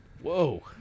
Whoa